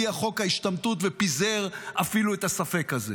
הגיע חוק ההשתמטות ופיזר אפילו את הספק הזה.